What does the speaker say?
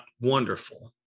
wonderful